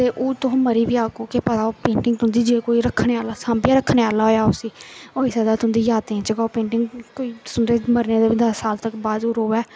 ते ओह् तुहीं मरी बी जागो केह् पता पेंटिंग तुं'दी जे कोई रक्खने आह्ला होग सांभियै रक्खने आह्ला होएआ होई सकदा उसी तुं'दी यादें च कोई तुं'दे मरने दे बी दस साल तक बाद बी रौहे